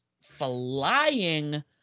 flying